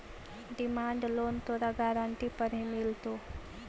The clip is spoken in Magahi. डिमांड लोन तोरा गारंटी पर ही मिलतो